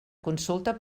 consulta